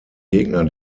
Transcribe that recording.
gegner